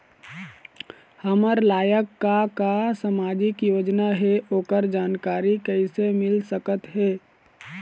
हमर लायक का का सामाजिक योजना हे, ओकर जानकारी कइसे मील सकत हे?